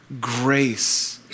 grace